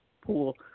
pool